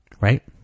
Right